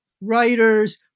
writers